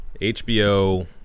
HBO